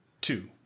two